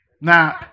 Now